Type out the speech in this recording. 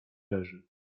leży